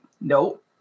nope